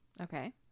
Okay